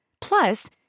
Plus